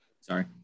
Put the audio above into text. sorry